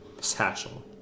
satchel